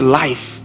life